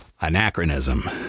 anachronism